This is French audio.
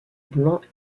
blanc